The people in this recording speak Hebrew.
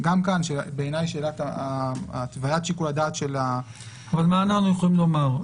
פה בעיניי שאלת התווית שיקול הדעת- -- מה אנחנו יכולים לומר?